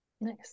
Nice